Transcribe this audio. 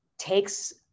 takes